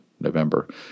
november